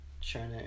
China